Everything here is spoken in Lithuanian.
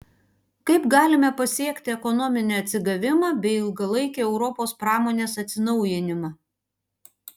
kaip galime pasiekti ekonominį atsigavimą bei ilgalaikį europos pramonės atsinaujinimą